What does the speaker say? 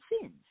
sins